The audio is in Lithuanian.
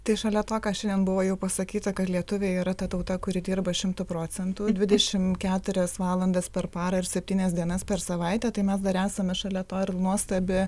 tai šalia to kas šiandien buvo jau pasakyta kad lietuviai yra ta tauta kuri dirba šimtu procentų dvidešimt keturias valandas per parą ir septynias dienas per savaitę tai mes dar esame šalia to ir nuostabi